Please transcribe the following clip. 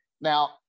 Now